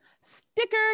sticker